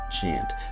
chant